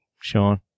sean